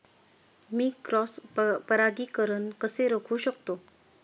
मी cross परागीकरण कसे रोखू शकतो?